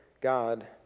God